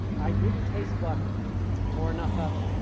i didn't taste butter or enough of it.